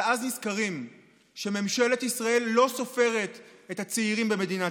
אבל אז נזכרים שממשלת ישראל לא סופרת את הצעירים במדינה.